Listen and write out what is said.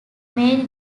mary